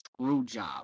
Screwjob